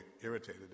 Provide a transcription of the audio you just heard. irritated